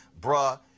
Bruh